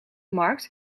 markt